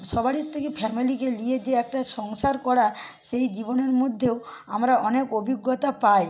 সবারির থেকে ফ্যামিলিকে নিয়ে যে একটা সংসার করা সেই জীবনের মধ্যেও আমরা অনেক অভিজ্ঞতা পাই